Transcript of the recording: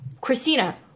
Christina